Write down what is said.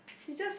she just